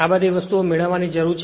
આ બધી વસ્તુઓ મેળવવાની જરૂર છે